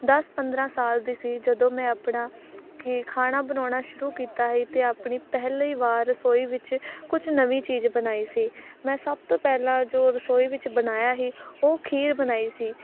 ਦਸ ਪੰਦਰਾਂ ਸਾਲ ਦੀ ਸੀ ਜਦੋਂ ਮੈਂ ਆਪਣਾ ਕਿ ਖਾਣਾ ਬਣਾਉਣਾ ਸ਼ੁਰੂ ਕੀਤਾ ਸੀ ਅਤੇ ਆਪਣੀ ਪਹਿਲੀ ਵਾਰ ਰਸੋਈ ਵਿੱਚ ਕੁਛ ਨਵੀਂ ਚੀਜ਼ ਬਣਾਈ ਸੀ ਮੈਂ ਸਭ ਤੋਂ ਪਹਿਲਾਂ ਜੋ ਰਸੋਈ ਵਿੱਚ ਬਣਾਇਆ ਸੀ ਉਹ ਖੀਰ ਬਣਾਈ ਸੀ